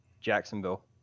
Jacksonville